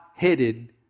Headed